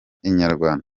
inyarwanda